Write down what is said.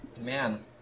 man